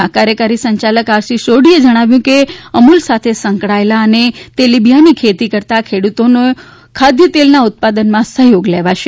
ના કાર્યકારી સંચાલક આર સી સોઢીએ જણાવ્યુ હતું કે અમૂલ સાથે સંકળાયેલા અને તેલીબિયાંની ખેતી કરતાં ખેડૂતોનો ખાદ્યતેલના ઉત્પાદનમાં સહયોગ લેવાશે